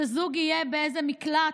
כשזוג יהיה באיזה מקלט,